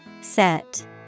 Set